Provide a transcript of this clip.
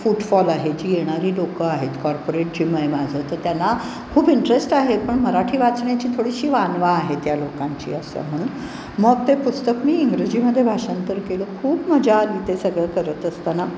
footfall आहे जे येणारे लोक आहेत कॉर्पोरेट जिम आहे माझं तर त्यांना खूप इंटरेस्ट आहे पण मराठी वाचण्याची थोडीशी वानवा आहे त्या लोकांची असं म्हणून मग ते पुस्तक मी इंग्रजीमध्ये भाषांतर केलं खूप मजा आली ते सगळं करत असताना